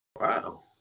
Wow